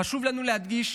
חשוב לנו להדגיש: